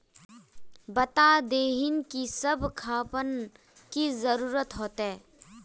बता देतहिन की सब खापान की जरूरत होते?